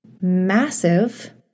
massive